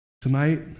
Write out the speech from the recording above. Tonight